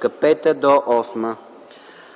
т. 5-8.”